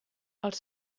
els